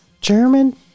German